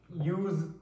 use